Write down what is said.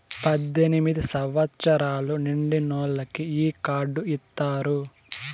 పద్దెనిమిది సంవచ్చరాలు నిండినోళ్ళకి ఈ కార్డు ఇత్తారు